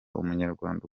umunyarwanda